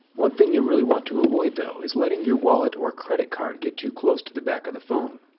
one thing you'll really want to avoid though is letting your wallet or credit card get too close to the back of the phone.